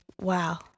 wow